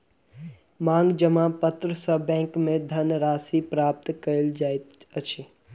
मांग जमा पत्र सॅ बैंक में धन राशि प्राप्त कयल जाइत अछि